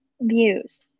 views